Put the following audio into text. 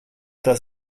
does